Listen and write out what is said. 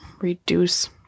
reduce